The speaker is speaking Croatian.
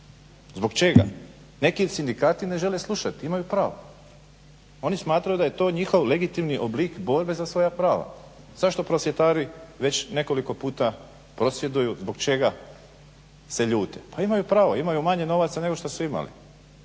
Zbog čega? Neki sindikati ne žele slušati. Imaju pravo. Oni smatraju da je to njihov legitimni oblik borbe za svoja prava. Zašto prosvjetari već nekoliko puta prosvjeduju, zbog čega se ljute? Pa imaju pravo. Imaju manje novaca nego što su imali.